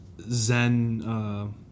Zen